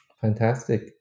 Fantastic